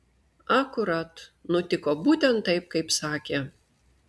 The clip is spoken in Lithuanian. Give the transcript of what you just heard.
akurat nutiko būtent taip kaip sakė